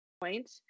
point